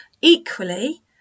Equally